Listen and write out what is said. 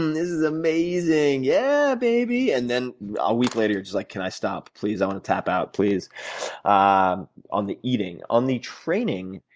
and this is amazing. yeah, baby and then a week later you're like can i stop please? i want to tap out, please on on the eating. on the training